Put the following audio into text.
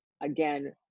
again